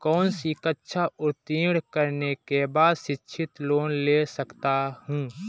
कौनसी कक्षा उत्तीर्ण करने के बाद शिक्षित लोंन ले सकता हूं?